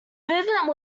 movement